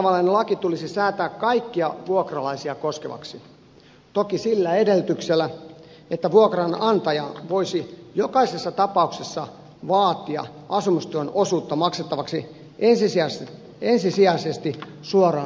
vastaavanlainen laki tulisi säätää kaikkia vuokralaisia koskevaksi toki sillä edellytyksellä että vuokranantaja voisi jokaisessa tapauksessa vaatia asumistuen osuutta maksettavaksi ensisijaisesti suoraan itselleen